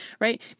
right